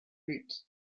lit